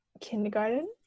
kindergarten